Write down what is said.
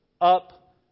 up